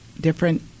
different